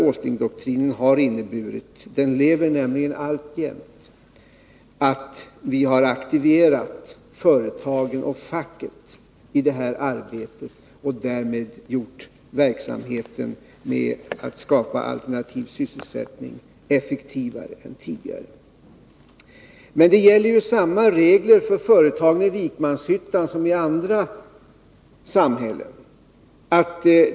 Åslingdoktrinen har inneburit — den lever nämligen alltjämt — att vi har aktiverat företagen och facket i det här arbetet och därmed gjort verksamheten med att skapa alternativ sysselsättning effektivare än tidigare. Men samma regler gäller för företagen i Vikmanshyttan som i andra samhällen.